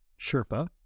sherpa